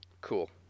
Cool